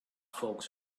folks